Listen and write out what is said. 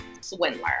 Swindler